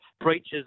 breaches